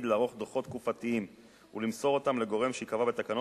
לערוך דוחות תקופתיים ולמסור אותם לגורם שייקבע בתקנות,